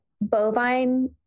bovine